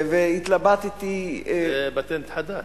התלבטתי איך, זה פטנט חדש.